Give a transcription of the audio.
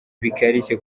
bikarishye